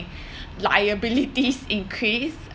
liabilities increase